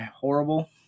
horrible